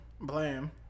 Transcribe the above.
blam